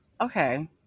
Okay